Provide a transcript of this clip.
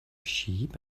sheep